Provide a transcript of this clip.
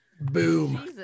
Boom